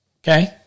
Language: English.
okay